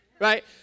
right